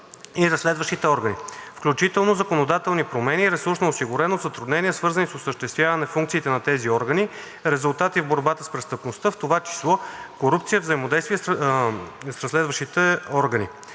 и разследващите органи, включително законодателни промени, ресурсна осигуреност, затруднения, свързани с осъществяване функциите на тези органи, резултати в борбата с престъпността, в това число корупция, взаимодействие с разследващите органи.